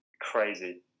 crazy